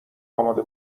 اماده